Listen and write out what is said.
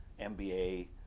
MBA